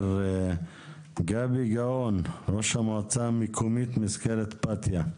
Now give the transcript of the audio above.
גבי גאון, ראש המועצה המקומית מזכרת בתיה.